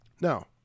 Now